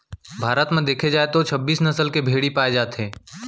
भारत म देखे जाए तो छब्बीस नसल के भेड़ी पाए जाथे